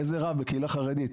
איזה רב בקהילה חרדית?